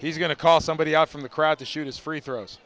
he's going to call somebody out from the crowd to shoot his free throws